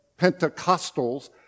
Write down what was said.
Pentecostals